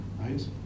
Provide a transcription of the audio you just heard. right